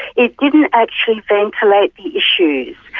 it didn't actually ventilate the issues,